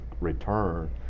return